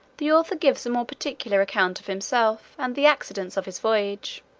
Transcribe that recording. the author gives a more particular account of himself, and the accidents of his voyage.